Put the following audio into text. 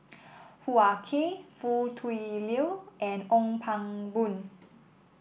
Hoo Ah Kay Foo Tui Liew and Ong Pang Boon